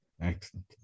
excellent